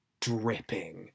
dripping